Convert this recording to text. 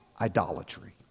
idolatry